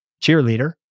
cheerleader